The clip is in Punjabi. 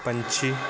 ਪੰਛੀ